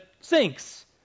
sinks